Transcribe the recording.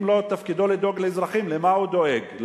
אם לא תפקידו לדאוג לאזרחים, למה הוא דואג?